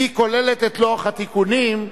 כוללת את לוח התיקונים,